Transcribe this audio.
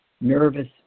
nervous